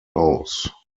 aus